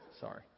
Sorry